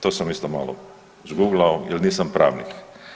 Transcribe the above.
To sam isto malo „zguglao“ jer nisam pravnik.